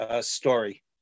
story